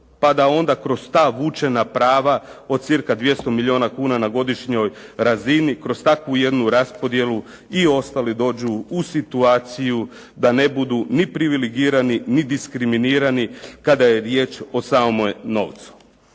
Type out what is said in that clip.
pa da onda kroz ta vučena prava od cirka 200 milijuna kuna na godišnjoj razini kroz takvu jednu raspodjelu i ostali dođu u situaciju da ne budu ni privilegirani ni diskriminirani kada je riječ o samom novcu.